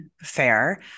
fair